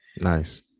Nice